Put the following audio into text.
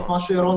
משרד